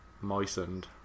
moistened